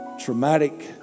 traumatic